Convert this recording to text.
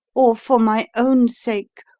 or for my own sake,